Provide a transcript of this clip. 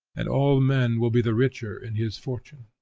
and all men will be the richer in his fortune.